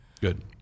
Good